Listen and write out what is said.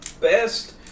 best